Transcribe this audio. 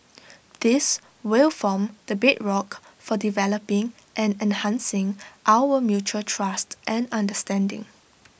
this will form the bedrock for developing and enhancing our mutual trust and understanding